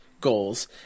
goals